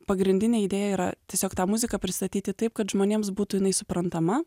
pagrindinė idėja yra tiesiog tą muziką pristatyti taip kad žmonėms būtų jinai suprantama